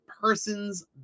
person's